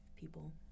people